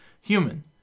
Human